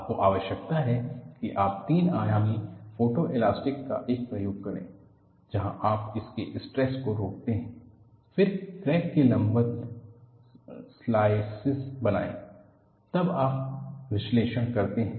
आपको आवश्यकता है कि आप तीन आयामी फोटोएलास्टिक का एक प्रयोग करे जहां आप इसके स्ट्रेस को रोकते हैं फिर क्रैक के लंबवत स्लाइसिस बनाएं तब आप विश्लेषण करते हैं